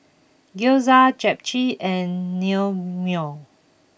Gyoza Japchae and Naengmyeon